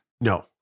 No